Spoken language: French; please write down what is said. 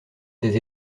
des